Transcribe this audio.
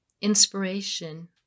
inspiration